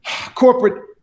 corporate